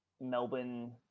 Melbourne